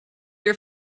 your